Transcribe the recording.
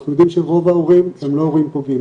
אנחנו יודעים שרוב ההורים הם לא הורים פוגעים,